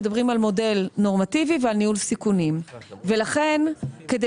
אנחנו מדברים על מודל נורמטיבי ועל ניהול סיכונים ולכן כדי